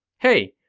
hey,